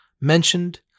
mentioned